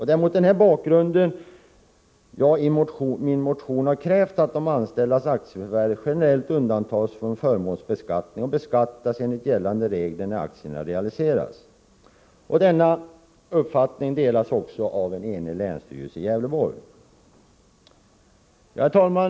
Det är mot den här bakgrunden som jag i min motion har krävt att anställdas aktieförvärv generellt undantas från förmånsbeskattning och beskattas enligt gällande regler när aktierna realiseras. Denna uppfattning delas också av en enig länsstyrelse i Gävleborg. Herr talman!